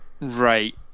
Right